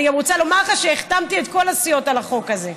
אני גם רוצה לומר לך שהחתמתי את כל הסיעות על החוק הזה.